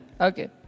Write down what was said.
Okay